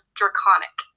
draconic